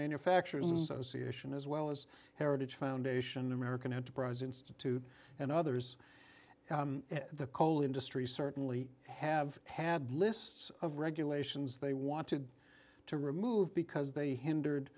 association as well as heritage foundation american enterprise institute and others the coal industry certainly have had lists of regulations they wanted to remove because they hindered